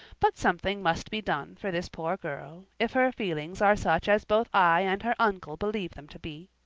but something must be done for this poor girl, if her feelings are such as both i and her uncle believe them to be.